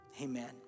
amen